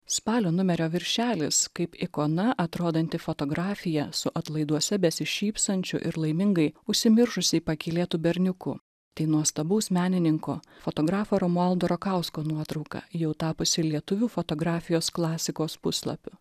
spalio numerio viršelis kaip ikona atrodanti fotografija su atlaiduose besišypsančiu ir laimingai užsimiršusiai pakylėtu berniuku tai nuostabaus menininko fotografo romualdo rakausko nuotrauka jau tapusi lietuvių fotografijos klasikos puslapiu